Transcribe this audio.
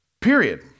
period